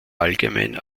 allgemein